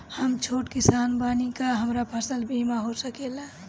हम छोट किसान बानी का हमरा फसल बीमा हो सकेला?